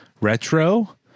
retro